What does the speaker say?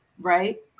right